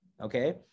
Okay